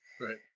Right